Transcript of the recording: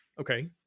okay